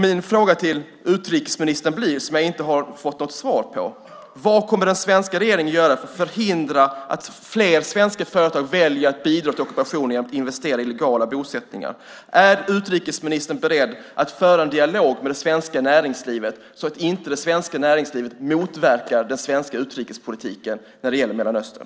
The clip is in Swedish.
Min fråga till utrikesministern, som jag inte har fått något svar på, blir: Vad kommer den svenska regeringen att göra för att förhindra att fler svenska företag väljer att bidra till ockupationen genom att investera i illegala bosättningar? Är utrikesministern beredd att föra en dialog med det svenska näringslivet så att inte det svenska näringslivet motverkar den svenska utrikespolitiken när det gäller Mellanöstern?